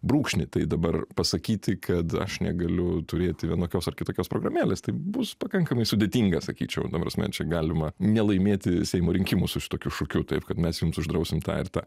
brūkšnį tai dabar pasakyti kad aš negaliu turėti vienokios ar kitokios programėlės tai bus pakankamai sudėtinga sakyčiau ta prasme čia galima nelaimėti seimo rinkimų su šitokiu šūkiu taip kad mes jums uždrausim tą ir tą